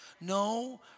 No